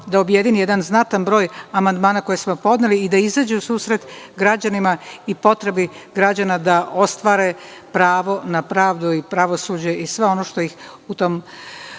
da objedini jedan znatan broj amandmana koje smo podneli i da izađe u susret građanima i potrebi građana da ostvare pravo na pravdu i pravosuđe i sve ono što ih u toj